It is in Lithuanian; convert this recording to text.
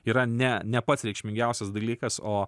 yra ne ne pats reikšmingiausias dalykas o